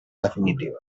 definitiva